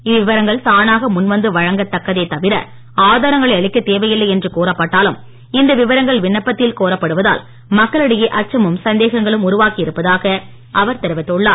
இவ்விவரங்கள் தானாக முன் வந்து வழங்கத் தக்கதே தவிர ஆதாரங்களை அளிக்கத் தேவையில்லை என்று கூறப்பட்டாலும் இந்த விவரங்கள் விண்ணப்பத்தில் கோரப்படுவதால் மக்களிடையே அச்சமும் சந்தேகங்களும் உருவாகி இருப்பதாக அவர் தெரிவித்துள்ளார்